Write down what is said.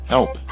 Help